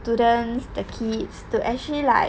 students the kids to actually like